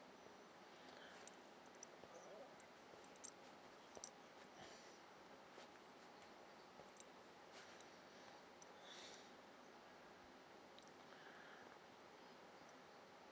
uh